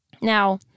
Now